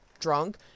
drunk